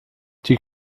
die